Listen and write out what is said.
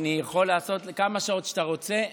אני יכול לעשות כמה שעות שאתה רוצה,